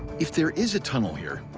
if there is a tunnel here,